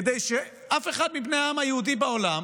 כדי שאף אחד מבני העם היהודי בעולם